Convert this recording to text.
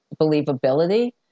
believability